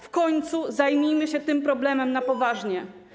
W końcu zajmijmy się tym problemem na poważnie.